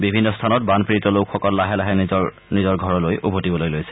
বিভিন্ন স্থানত বানপীড়িত লোকসকল লাহে লাহে নিজৰ নিজৰ ঘৰলৈ উভতিবলৈ লৈছে